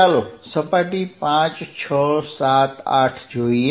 ચાલો સપાટી 5 6 7 8 જોઈએ